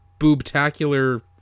boobtacular